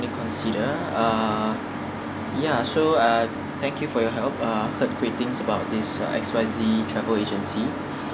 consider uh ya so ah thank you for your help uh heard great things about this uh X Y Z travel agency